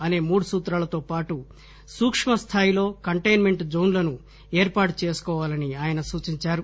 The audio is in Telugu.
అనే మూడు సూత్రాలతో పాటు సూక్మ స్థాయిలో కంటైన్ మెంట్ జోన్లను ప్రజలు ఏర్పాటు చేసుకోవాలని ఆయన సూచించారు